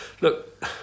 look